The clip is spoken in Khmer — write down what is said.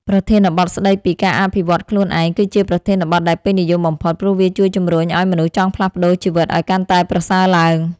ប្រធានបទស្តីពី ការអភិវឌ្ឍខ្លួនឯង គឺជាប្រធានបទដែលពេញនិយមបំផុត ព្រោះវាជួយជម្រុញឱ្យមនុស្សចង់ផ្លាស់ប្តូរជីវិតឱ្យកាន់តែប្រសើរឡើង។